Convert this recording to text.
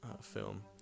film